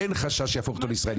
אין חשש שיהפוך אותו לישראלי.